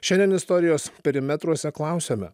šiandien istorijos perimetruose klausiame